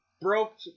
broke